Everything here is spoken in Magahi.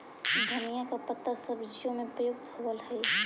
धनिया का पत्ता सब्जियों में प्रयुक्त होवअ हई